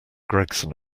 gregson